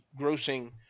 grossing